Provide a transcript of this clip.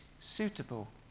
suitable